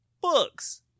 books